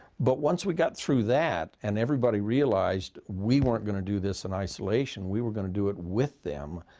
but once we got through that, and everybody realized we weren't going to do this and isolation, we were going to do it with them,